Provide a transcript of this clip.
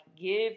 give